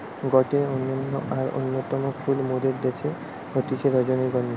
গটে অনন্য আর অন্যতম ফুল মোদের দ্যাশে হতিছে রজনীগন্ধা